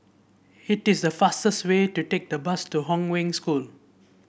it is faster way to take the bus to Hong Wen School